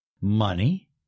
Money